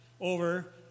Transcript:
over